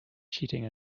cheating